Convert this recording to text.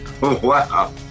Wow